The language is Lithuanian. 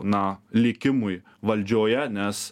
na likimui valdžioje nes